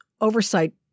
Oversight